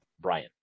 brian